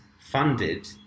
funded